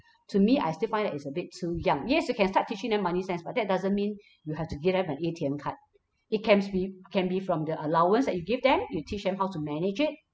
to me I still find that it's a bit too young yes you can start teaching them money sense but that doesn't mean you have to give them an A_T_M card it cans be can be from the allowance that you give them you teach them how to manage it